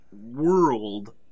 world